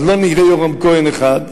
אז לא נראה יורם כהן אחד,